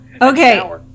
okay